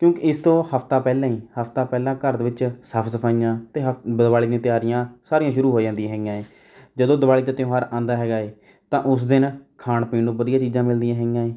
ਕਿਉਂਕਿ ਇਸ ਤੋਂ ਹਫਤਾ ਪਹਿਲਾਂ ਹੀ ਹਫਤਾ ਪਹਿਲਾਂ ਘਰ ਦੇ ਵਿੱਚ ਸਾਫ ਸਫਾਈਆਂ ਅਤੇ ਹਫ ਬ ਦੀਵਾਲੀ ਦੀਆਂ ਤਿਆਰੀਆਂ ਸਾਰੀਆਂ ਸ਼ੁਰੂ ਹੋ ਜਾਂਦੀਆਂ ਹੈਗੀਆਂ ਜਦੋਂ ਦੀਵਾਲੀ ਦਾ ਤਿਉਹਾਰ ਆਉਂਦਾ ਹੈਗਾ ਹੈ ਤਾਂ ਉਸ ਦਿਨ ਖਾਣ ਪੀਣ ਨੂੰ ਵਧੀਆ ਚੀਜ਼ਾਂ ਮਿਲਦੀਆਂ ਹੈਗੀਆਂ ਹੈ